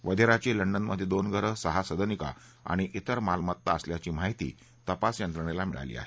वधेराची लंडनमध्ये दोन घरं सहा सदनिका आणि विर मालमत्ता असल्याची माहिती तपास यंत्रणेला मिळाली आहे